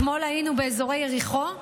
אתמול היינו באזורי יריחו,